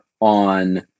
on